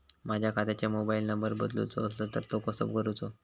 माझ्या खात्याचो mobile number बदलुचो असलो तर तो कसो करूचो?